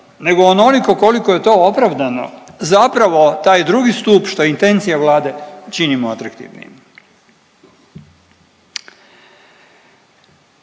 nego onoliko koliko je to opravdano, zapravo taj 2. stup što je intencija Vlade, činimo atraktivnim.